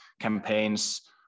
campaigns